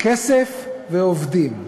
כסף ועובדים,